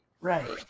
Right